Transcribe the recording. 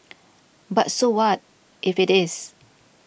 but so what if it is